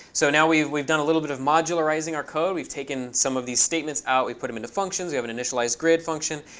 so, now, we've we've done a little bit of modularizing our code. we've taken some of these statements out. we've put them into functions. we have an initializegrid function,